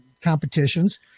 competitions